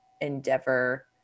endeavor